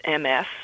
MS